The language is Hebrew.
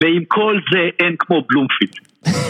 ועם כל זה אין כמו בלומפילד